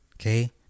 Okay